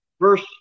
Verse